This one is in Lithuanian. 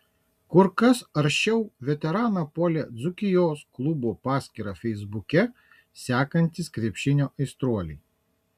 kur kas aršiau veteraną puolė dzūkijos klubo paskyrą feisbuke sekantys krepšinio aistruoliai